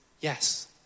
yes